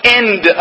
end